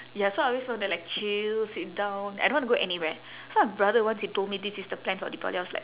ya so I always want to like chill sit down I don't wanna go anywhere so my brother once he told me this is the plan for deepavali I was like